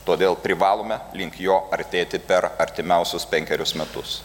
todėl privalome link jo artėti per artimiausius penkerius metus